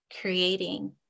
creating